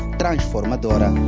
transformadora